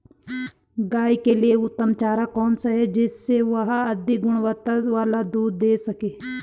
गाय के लिए उत्तम चारा कौन सा है जिससे वह अधिक गुणवत्ता वाला दूध दें सके?